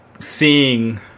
seeing